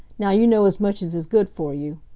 now you know as much as is good for you.